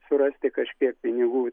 surasti kažkiek pinigų